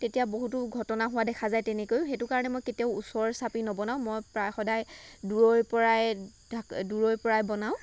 তেতিয়া বহুতো ঘটনা হোৱা দেখা যায় তেকেকৈও সেইটো কাৰণে মই কেতিয়াও ওচৰ চাপি নবনাওঁ মই প্ৰায়ে সদায় দূৰৈই ধা দূৰৈই পৰাই বনাওঁ